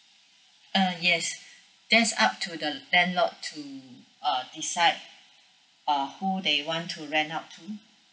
uh yes that's up to the landlord to uh decide uh who they want to rent up to